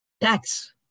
tax